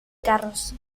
carros